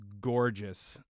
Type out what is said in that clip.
gorgeous